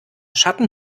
schatten